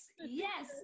yes